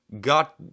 got